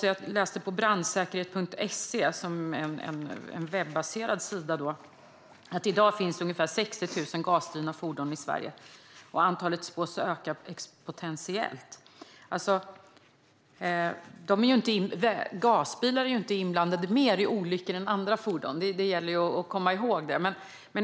Jag läste på brandsäkert.se, som är en webbaserad tidning, att det i dag finns ungefär 60 000 gasdrivna fordon i Sverige och att antalet spås öka exponentiellt. Man ska komma ihåg att gasbilar inte är inblandade i fler olyckor än andra fordon, men de olyckorna kan bli förödande.